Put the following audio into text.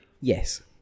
Yes